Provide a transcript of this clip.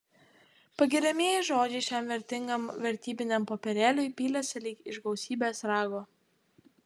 pagiriamieji žodžiai šiam vertingam vertybiniam popierėliui pylėsi lyg iš gausybės rago